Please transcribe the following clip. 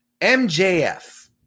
MJF